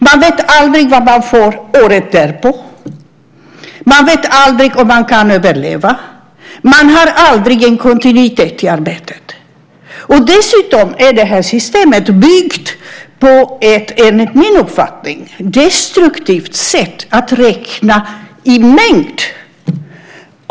Man vet aldrig vad man får året därpå. Man vet aldrig om man kan överleva. Man har aldrig en kontinuitet i arbetet. Dessutom är detta system byggt på ett enligt min uppfattning destruktivt sätt att räkna i mängd.